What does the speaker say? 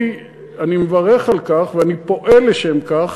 אני מברך על כך ואני פועל לשם כך.